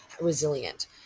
resilient